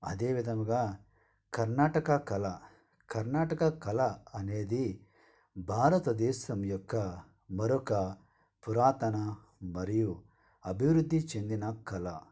అదేవిధముగా కర్ణాటక కళ కర్ణాటక కళ అనేది భారతదేశం యొక్క మరొక పురాతన మరియు అభివృద్ధి చెందిన కళ